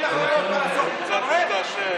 איך?